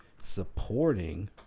supporting